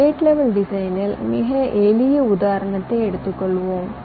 ஒரு gate level டிசைனில் மிக எளிய உதாரணத்தை எடுத்துக் கொள்வோம்